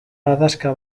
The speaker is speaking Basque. adaxka